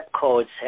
codes